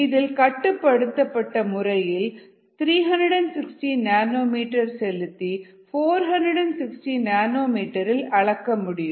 இதில் கட்டுப்படுத்தப்பட்ட முறையில் 360 nm செலுத்தி 460 nm இல் அளக்கமுடியும்